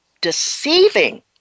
deceiving